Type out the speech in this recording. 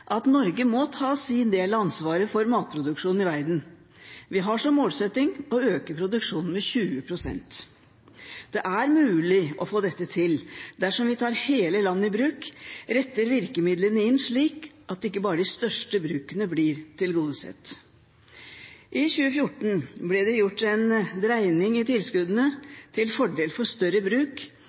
at Norge må ta sin del av ansvaret for matproduksjonen i verden. Vi har som målsetting å øke produksjonen med 20 pst. Det er mulig å få dette til dersom vi tar hele landet i bruk og retter virkemidlene inn slik at ikke bare de største brukene blir tilgodesett. I 2014 ble det gjort en dreining i tilskuddene til fordel for større bruk,